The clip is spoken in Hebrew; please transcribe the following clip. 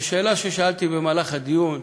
שאלה ששאלתי במהלך הדיון,